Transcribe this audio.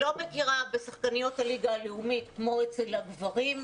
אבל היא לא מכירה בשחקניות הליגה הלאומית כמו אצל הגברים.